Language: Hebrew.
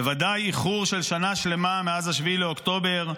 בוודאי איחור של שנה שלמה מאז 7 באוקטובר,